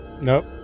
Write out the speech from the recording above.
Nope